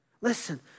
Listen